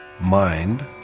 mind